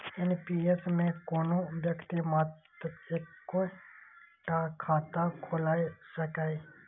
NPS मे कोनो व्यक्ति मात्र एक्के टा खाता खोलाए सकैए